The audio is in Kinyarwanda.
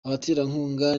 abaterankunga